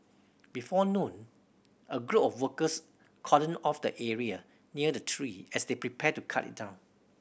before noon a group of workers cordoned off the area near the tree as they prepared to cut it down